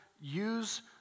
use